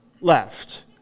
left